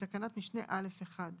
בתקנת משנה (א)(1).